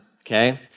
okay